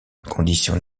conditions